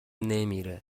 نمیره